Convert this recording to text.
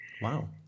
Wow